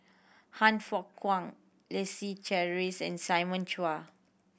Han Fook Kwang Leslie Charteris and Simon Chua